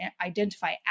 identify